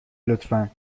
لطفا